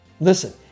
Listen